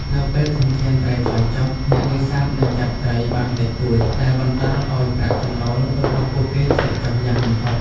នៅពេលធនធានត្រីថយចុះ អ្នកនេសាទនឹងចាប់ត្រីបានតិចតួច ដែលបណ្ដាលឱ្យប្រាក់ចំណូលរបស់ពួកគេធ្លាក់ចុះយ៉ាងគំហុក។